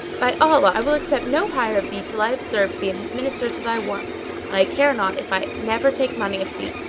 by allah! i will accept no hire of thee till i have served thee and have ministered to thy wants and i care not if i never take money of thee.